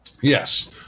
Yes